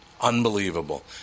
Unbelievable